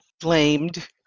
blamed